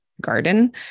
garden